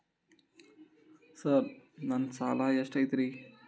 Sir ನನ್ನ ಸಾಲಾ ಎಷ್ಟು ಐತ್ರಿ?